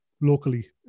locally